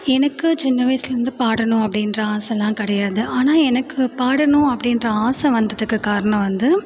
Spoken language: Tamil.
எனக்கு சின்ன வயசுலேருந்து பாடணும் அப்படின்ற ஆசைல்லாம் கிடையாது ஆனால் எனக்கு பாடணும் அப்படின்ற ஆசை வந்ததுக்கு காரணம் வந்து